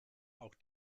auch